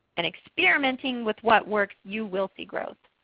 and experimenting with what works, you will see growth.